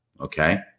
Okay